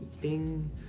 ding